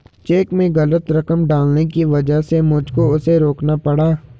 check में गलत रकम डालने की वजह से मुझको उसे रोकना पड़ा